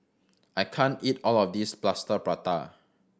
I can't eat all of this Plaster Prata